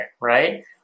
right